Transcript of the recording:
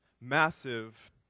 massive